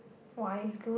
why